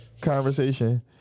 conversation